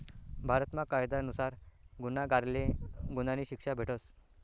भारतमा कायदा नुसार गुन्हागारले गुन्हानी शिक्षा भेटस